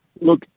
look